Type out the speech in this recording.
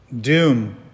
doom